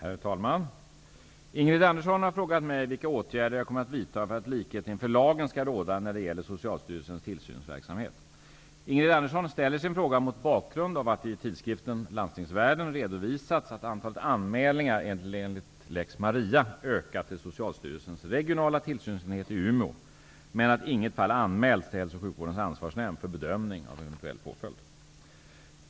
Herr talman! Ingrid Andersson har frågat mig vilka åtgärder jag kommer att vidta för att likhet inför lagen skall råda när det gäller Socialstyrelsens tillsynsverksamhet. Ingrid Andersson ställer sin fråga mot bakgrund av att det i tidskriften Landstingsvärlden har redovisats att antalet anmälningar enligt lex Maria har ökat till Socialstyrelsens regionala tillsynsenhet i Umeå, men att inget fall har anmälts till Hälsooch Sjukvårdsnämndens ansvarsnämnd för bedömning av eventuell påföljd.